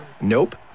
Nope